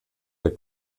der